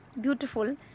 beautiful